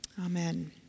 Amen